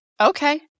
Okay